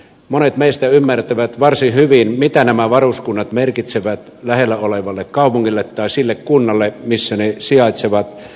monet meistä ymmärtävät varsin hyvin mitä nämä varuskunnat merkitsevät lähellä olevalle kaupungille tai sille kunnalle missä ne sijaitsevat